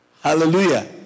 Hallelujah